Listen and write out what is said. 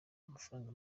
amafaranga